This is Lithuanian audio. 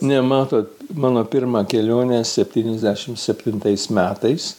ne matot mano pirma kelionė septyniasdešimt septintais metais